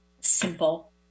simple